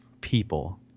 people